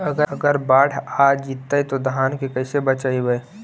अगर बाढ़ आ जितै तो धान के कैसे बचइबै?